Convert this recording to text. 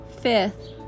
Fifth